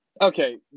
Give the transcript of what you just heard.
Okay